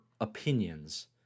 opinions